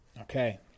Okay